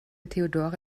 theodora